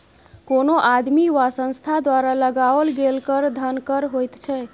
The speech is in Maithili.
कोनो आदमी वा संस्था द्वारा लगाओल गेल कर धन कर होइत छै